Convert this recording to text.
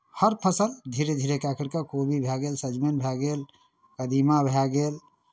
हर फसल धीरे धीरे कए करि कऽ कोबी भए गेल सजमनि भए गेल कदीमा भए गेल